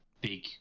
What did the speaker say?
big